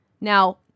Now